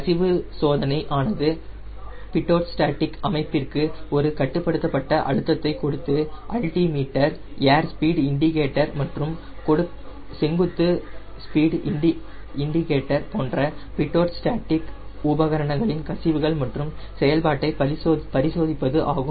கசிவு சோதனை ஆனது பிடோட் ஸ்டேட்டிக் அமைப்பிற்கு ஒரு கட்டுப்படுத்தப்பட்ட அழுத்தத்தை கொடுத்து அல்டிமீட்டர் ஏர் ஸ்பீடு இண்டிகேட்டர் மற்றும் செங்குத்து ஸ்பீடு இண்டிகேட்டர் போன்ற பிடோட் ஸ்டேட்டிக் உபகரணங்களின் கசிவுகள் மற்றும் சரியான செயல்பாட்டை பரிசோதிப்பது ஆகும்